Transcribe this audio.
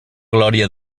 glòria